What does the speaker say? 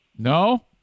No